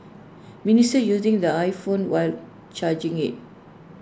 minister using the iPhone while charging IT